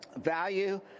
value